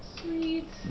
Sweet